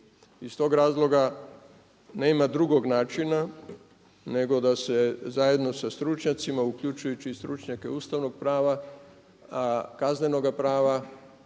Iz toga razloga nema drugog načina nego da se zajedno sa stručnjacima uključujući i stručnjake ustavnog prava, kaznenoga prava